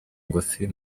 ngufi